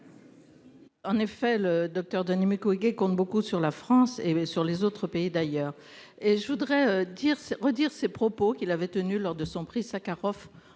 En effet, le Docteur Denis Mukwege et compte beaucoup sur la France et sur les autres pays d'ailleurs, et je voudrais dire, redire ses propos qu'il avait tenu lors de son prix Sakharov